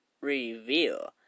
reveal